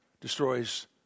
destroys